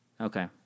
Okay